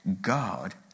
God